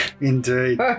Indeed